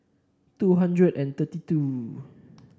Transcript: two thousand and thirty two